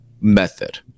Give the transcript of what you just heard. method